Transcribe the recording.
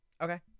Okay